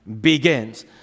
begins